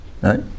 right